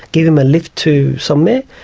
give him a lift to somewhere,